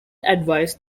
advise